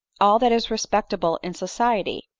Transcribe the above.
all that is respectable in society,